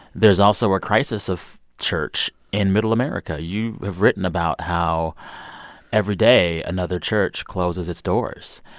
there's also a crisis of church in middle america. you have written about how every day another church closes its doors,